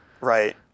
Right